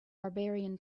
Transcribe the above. barbarian